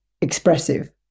expressive